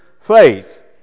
faith